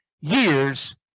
years